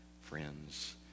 friends